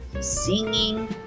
singing